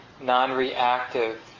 non-reactive